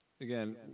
Again